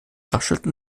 raschelten